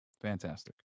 Fantastic